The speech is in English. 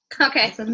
okay